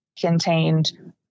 contained